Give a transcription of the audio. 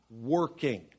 working